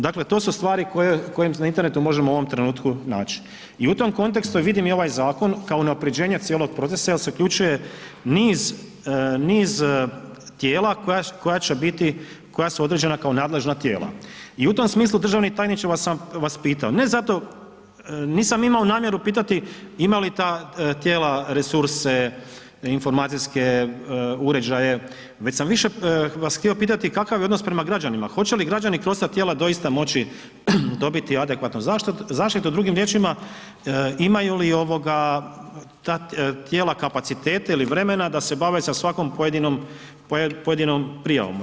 Dakle, to su stvari koje na internetu možemo u ovom trenutku naći i u tom kontekstu je vidim, i ovaj zakon, kao unaprjeđenje cijelog procesa jer se uključuje niz tijela koja će biti, koja su određena kao nadležna tijela i u tom smislu, državni tajniče vas sam vas pitao, ne zato, nisam imao namjeru pitati ima li ta tijela resurse, informacijske uređaje već sam više vas htio pitati kakav je odnos prema građanima, hoće li građani kroz ta tijela doista moći dobiti adekvatnu zaštitu, drugim riječima, imaju li ovoga ta tijela kapacitete ili vremena da se bave sa svakom pojedinom, pojedinom prijavama?